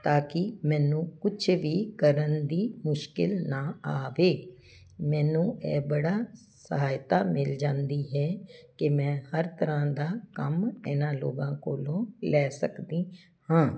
ਤਾਂ ਕਿ ਮੈਨੂੰ ਕੁਛ ਵੀ ਕਰਨ ਦੀ ਮੁਸ਼ਕਿਲ ਨਾ ਆਵੇ ਮੈਨੂੰ ਇਹ ਬੜਾ ਸਹਾਇਤਾ ਮਿਲ ਜਾਂਦੀ ਹੈ ਕਿ ਮੈਂ ਹਰ ਤਰ੍ਹਾਂ ਦਾ ਕੰਮ ਇਹਨਾਂ ਲੋਕਾਂ ਕੋਲੋਂ ਲੈ ਸਕਦੀ ਹਾਂ